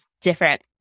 different